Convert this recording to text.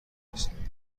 نیستم